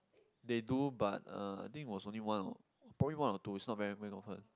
they do but uh I think it was only one or probably one or two it's not very very often